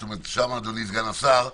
שם, אדוני סגן השר,